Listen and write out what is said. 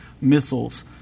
missiles